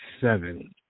seven